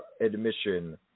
admission